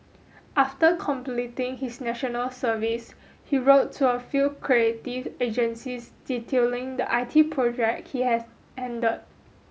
after completing his National Service he wrote to a few creative agencies detailing the I T projects he has handled